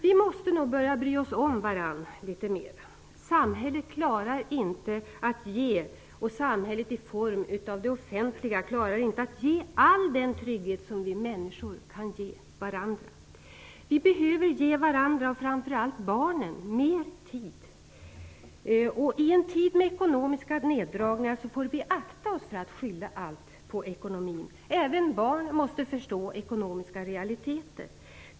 Vi måste nog börja bry oss om varandra litet mer. Samhället i form av det offentliga klarar inte att ge all den trygghet som vi människor kan ge varandra. Vi behöver ge varandra och framför allt barnen mer tid. I en tid med ekonomiska neddragningar får vi akta oss för att skylla allt på ekonomin. Även barn måste förstå ekonomiska realiteter.